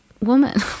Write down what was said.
woman